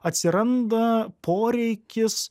atsiranda poreikis